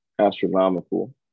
astronomical